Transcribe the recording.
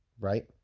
right